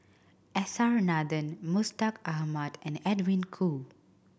S R Nathan Mustaq Ahmad and Edwin Koo